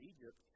Egypt